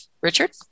Richard